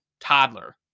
toddler